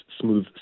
smooth